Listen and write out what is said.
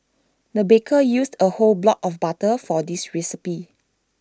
the baker used A whole block of butter for this recipe